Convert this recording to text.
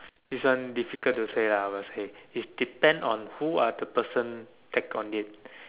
this one difficult to say lah I must say is depend on who are the person take on it